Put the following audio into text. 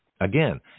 Again